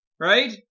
right